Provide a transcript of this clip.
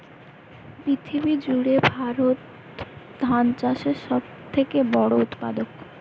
পৃথিবী জুড়ে ভারত ধান চাষের সব থেকে বড় উৎপাদক